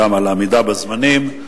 גם על העמידה בזמנים.